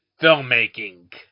filmmaking